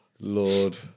Lord